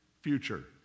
future